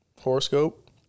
horoscope